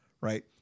right